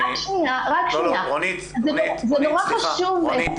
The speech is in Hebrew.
זה נורא חשוב.